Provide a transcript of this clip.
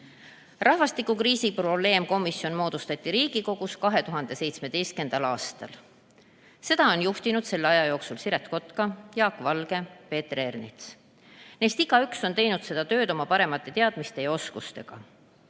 Rahvastikukriisi probleemkomisjon moodustati Riigikogus 2017. aastal. Seda on selle aja jooksul juhtinud Siret Kotka, Jaak Valge, Peeter Ernits. Neist igaüks on teinud seda tööd oma parimate teadmiste ja oskuste